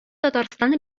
татарстан